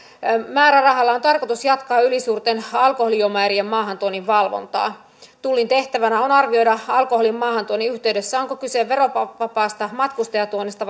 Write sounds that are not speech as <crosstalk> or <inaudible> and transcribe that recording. määrärahalla on on tarkoitus jatkaa ylisuurten alkoholijuomaerien maahantuonnin valvontaa tullin tehtävänä on arvioida alkoholin maahantuonnin yhteydessä onko kyse verovapaasta matkustajatuonnista <unintelligible>